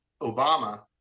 Obama